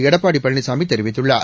எடப்பாடி பழனிசாமி தெரிவித்துள்ளார்